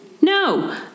no